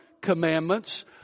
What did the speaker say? commandments